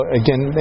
again